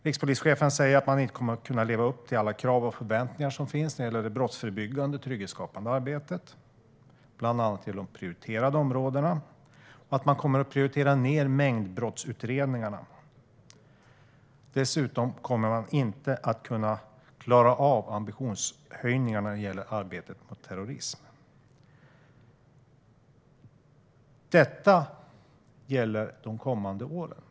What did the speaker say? Rikspolischefen säger att man inte kommer att kunna leva upp till alla krav och förväntningar som finns när det gäller det brottsförebyggande och trygghetsskapande arbetet, bland annat i de prioriterade områdena, och att man kommer att prioritera ned mängdbrottsutredningarna. Dessutom kommer man inte att klara av ambitionshöjningen när det gäller arbetet mot terrorism. Detta gäller de kommande åren.